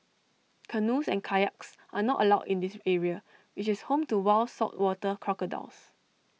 canoes and kayaks are not allowed in the area which is home to wild saltwater crocodiles